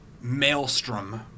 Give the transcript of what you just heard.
maelstrom